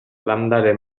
landare